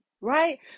right